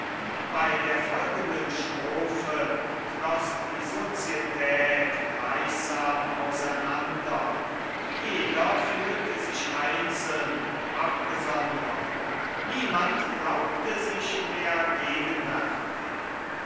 bei der folgenden strophe floß die sozietät gleichsam auseinander jeder fühlte sich einzeln abgesondert niemand glaubte sich mehr gegenwärtig